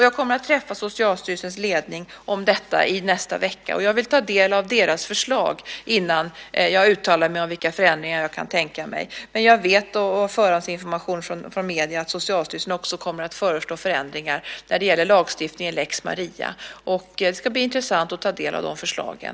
Jag kommer att träffa Socialstyrelsens ledning om detta i nästa vecka. Jag vill ta del av deras förslag innan jag uttalar mig om vilka förändringar jag kan tänka mig. Men jag vet av förhandsinformation från medierna att Socialstyrelsen också kommer att föreslå förändringar när det gäller lagstiftningen lex Maria. Det ska bli intressant att ta del av de förslagen.